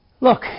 look